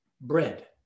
bread